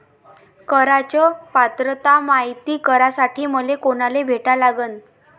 कराच पात्रता मायती करासाठी मले कोनाले भेटा लागन?